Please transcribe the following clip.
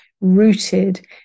rooted